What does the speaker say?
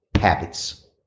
habits